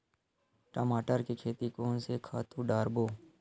टमाटर के खेती कोन से खातु डारबो?